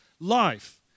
life